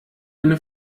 eine